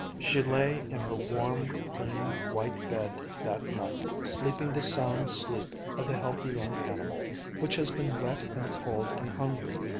she lay in her warm, clean white bed that night, sleeping the sound sleep of the healthy young animal which has been wet and cold and hungry,